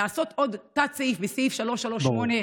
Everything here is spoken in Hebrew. לעשות עוד תת-סעיף בסעיף 338(א),